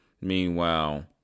Meanwhile